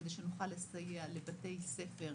כדי שנוכל לסייע לבתי ספר,